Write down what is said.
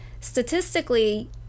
Statistically